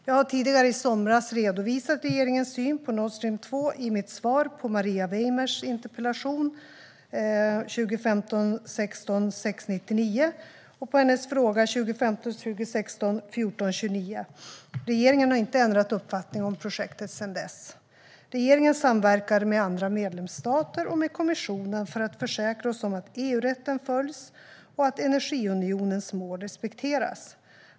Jag har tidigare i somras redovisat regeringens syn på Nord Stream 2 i mitt svar på Maria Weimers interpellation 2015 16:1429. Regeringen har inte ändrat uppfattning om projektet sedan dess. Regeringen samverkar med andra medlemsstater och med kommissionen för att försäkra oss om att EU-rätten följs och att energiunionens mål respekteras.